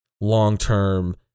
long-term